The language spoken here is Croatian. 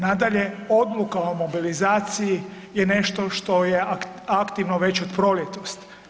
Nadalje, odluka o mobilizaciji je nešto što je aktivno već od proljetos.